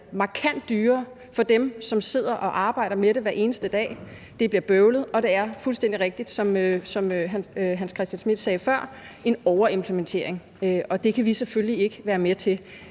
markant dyrere for dem, der arbejder med det hver eneste dag. Det bliver bøvlet, og det er fuldstændig rigtigt, som Hans Christian Schmidt sagde før, en overimplementering. Det kan vi selvfølgelig ikke være med til.